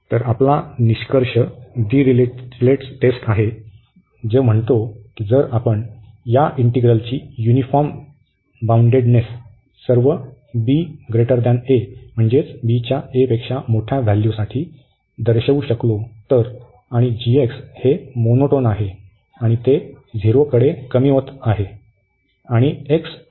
तर आमचा निष्कर्ष दिरिचलेट टेस्ट आहे जो म्हणतो की जर आपण या इंटिग्रलची युनिफॉर्म बाउन्डेडनेस सर्व साठी दर्शवू शकतो तर आणि g हे मोनोटोन आहे आणि ते झिरोकडे कमी होत आहे आणि आहे